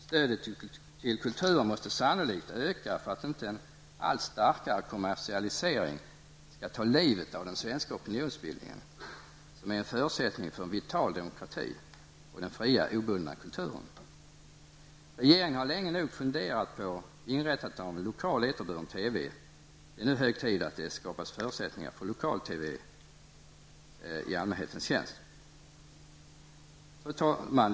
Stödet till kulturen måste sannolikt öka för att inte en allt starkare kommersialisering skall ta livet av den svenska opinionsbildningen, som är en förutsättning för en vital demokrati och den fria obundna kulturen. Regeringen har länge nog funderat på inrättandet av en lokal eterburen TV. Det är nu hög tid att det skapas förutsättningar för lokal-TV i allmänhetens tjänst. Fru talman!